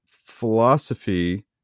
philosophy